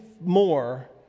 more